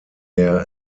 der